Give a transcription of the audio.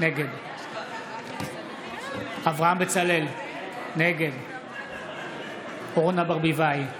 נגד אברהם בצלאל, נגד אורנה ברביבאי,